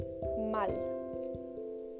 Mal